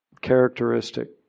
characteristic